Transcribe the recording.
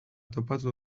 topatu